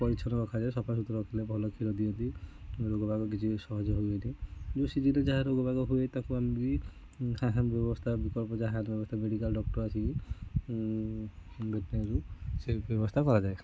ପରିଚ୍ଛନ ରଖାଯାଏ ସଫାସୁତୁର ରଖିଲେ ଭଲ କ୍ଷୀର ଦିଅନ୍ତି ରୋଗ ବାଗ କିଛି ସହଜେ ହୁଏନି ଯୋଉ ସିଜିନ୍ରେ ଯାହା ରୋଗ ବାଗ ହୁଏ ତାକୁ ଆମେ ବି ସାଙ୍ଗେ ସାଙ୍ଗେ ବ୍ୟବସ୍ଥା ବିକଳ୍ପ ଯାହା ବ୍ୟବସ୍ଥା ମେଡ଼ିକାଲ ଡକ୍ଟର ଆସିକି ଭେଟନାରୀରୁ ସେ ବ୍ୟବସ୍ଥା କରାଯାଏ